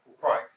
price